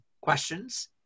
questions